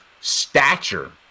stature